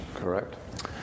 correct